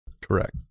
Correct